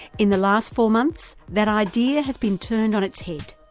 in the last four months, that idea has been turned on its head.